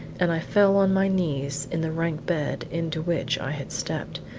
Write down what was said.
and i fell on my knees in the rank bed into which i had stepped,